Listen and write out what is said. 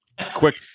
Quick